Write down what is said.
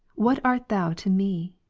what art thou to me?